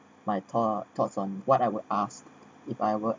my thoughts thoughts on what I would ask if I were